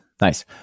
Nice